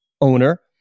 owner